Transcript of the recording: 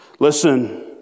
Listen